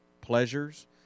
pleasures